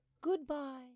Goodbye